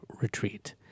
retreat